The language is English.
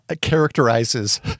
Characterizes